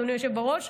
אדוני היושב בראש,